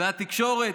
והתקשורת,